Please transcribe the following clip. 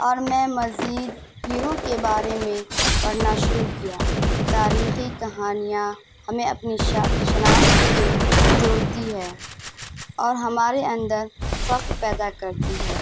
اور میں مزید ہیروں کے بارے میں پڑھنا شروع کیا تاریخی کہانیاں ہمیں اپنی شناخت کے جوڑتی ہے اور ہمارے اندر فخر پیدا کرتی ہے